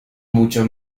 mucho